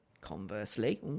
Conversely